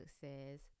says